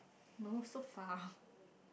no so far